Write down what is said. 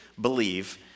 believe